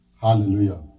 Hallelujah